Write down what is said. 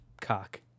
cock